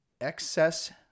Excess